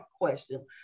question